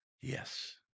yes